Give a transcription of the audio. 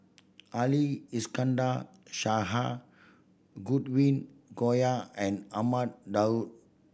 Ali Iskandar Shah Godwin Koay and Ahmad Daud